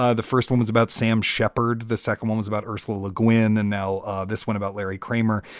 ah the first one was about sam shepard. the second one was about ursula gwynne and now this one about larry kramer.